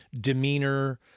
demeanor